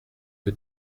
que